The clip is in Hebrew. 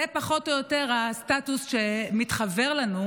זה פחות או יותר הסטטוס שמתחוור לנו,